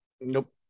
nope